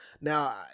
now